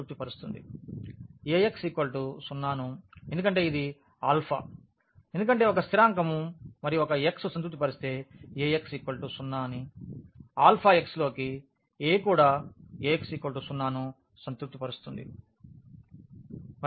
Ax 0 ను ఎందుకంటే ఇది ఆల్ఫా ఎందుకంటే ఒక స్థిరాంకం మరియు x ని సంతృప్తి పరిస్తే Ax 0 ని ఆల్ఫా x లోకి A కూడా Ax 0 ను సంతృప్తి పరుస్తుంది